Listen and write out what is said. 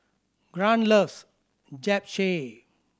Grant loves Japchae